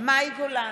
מאי גולן,